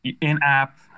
in-app